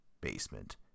basement